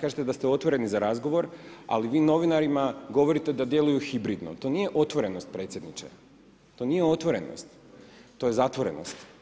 kažete da ste otvoreni za razgovor ali vi novinarima govorite da djeluju hibridno, to nije otvorenost predsjedniče, to nije otvorenost, to je zatvorenost.